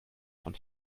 von